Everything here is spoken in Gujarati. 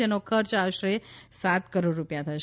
આનો ખર્ચ આશરે સાત કરોડ રૂપિયા થશે